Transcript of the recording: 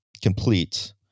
complete